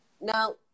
now